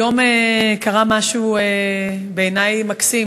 היום קרה משהו מקסים